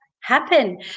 happen